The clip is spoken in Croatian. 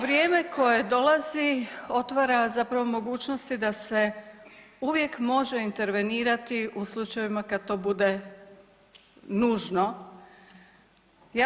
Vrijeme koje dolazi otvara zapravo mogućnosti da se uvijek može intervenirati u slučajevima kad to bude nužno.